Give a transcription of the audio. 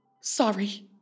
sorry